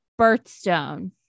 birthstone